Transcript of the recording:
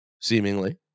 seemingly